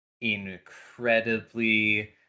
incredibly